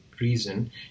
reason